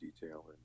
detail